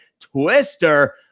Twister